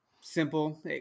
simple